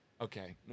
Okay